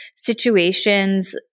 situations